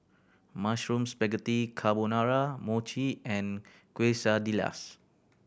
Mushroom Spaghetti Carbonara Mochi and Quesadillas